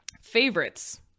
favorites